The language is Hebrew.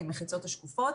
עם המחיצות השקופות.